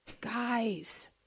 Guys